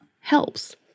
helps